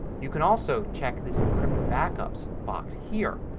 you can also check this encrypt backups box here.